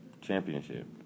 championship